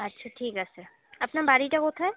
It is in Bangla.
আচ্ছা ঠিক আছে আপনার বাড়িটা কোথায়